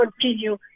continue